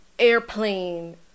airplane